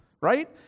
right